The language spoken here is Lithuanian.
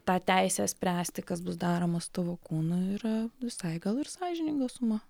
tą teisę spręsti kas bus daroma su tavo kūnu yra visai gal ir sąžininga suma